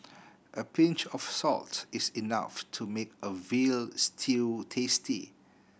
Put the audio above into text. a pinch of salt is enough to make a veal stew tasty